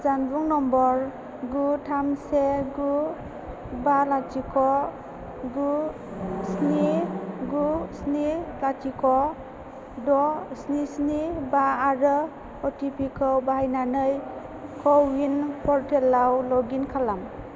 जानबुं नम्बर गु थाम से गु बा लाथिख' गु स्नि गु स्नि लाथिख' द' स्नि स्नि बा आरो अटिपिखौ बाहायनानै कविन पर्टेलाव लग इन खालाम